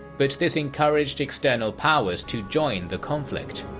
but this encouraged external powers to join the conflict.